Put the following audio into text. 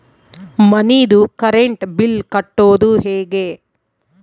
ಮನಿದು current bill ಕಟ್ಟೊದು ಹೇಗೆ?